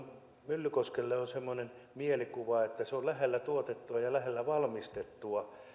myllykoskella on semmoinen mielikuva että se on lähellä tuotettua ja lähellä valmistettua